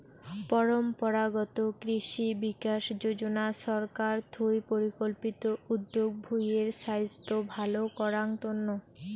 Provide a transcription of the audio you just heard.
পরম্পরাগত কৃষি বিকাশ যোজনা ছরকার থুই পরিকল্পিত উদ্যগ ভূঁই এর ছাইস্থ ভাল করাঙ তন্ন